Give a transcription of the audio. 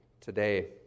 today